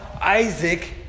Isaac